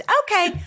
Okay